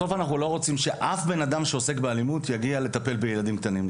בסוף אנחנו לא רוצים שאף בן אדם שעוסק באלימות יגיע לטפל בילדים קטנים,